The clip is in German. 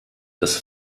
das